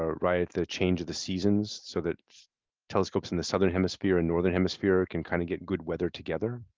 ah right at the change of the seasons, so that telescopes in the southern hemisphere and northern hemisphere can kind of get good weather together.